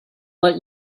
let